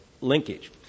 linkage